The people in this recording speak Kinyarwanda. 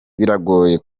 biragoye